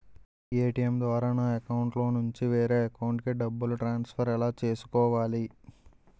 ATM ద్వారా నా అకౌంట్లోనుంచి వేరే అకౌంట్ కి డబ్బులు ట్రాన్సఫర్ ఎలా చేసుకోవాలి?